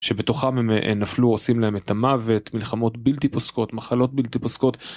שבתוכם הם נפלו, עושים להם את המוות, מלחמות בלתי פוסקות, מחלות בלתי פוסקות.